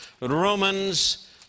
Romans